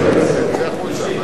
אין צורך.